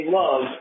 love